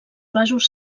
vasos